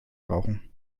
rauchen